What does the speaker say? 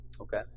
Okay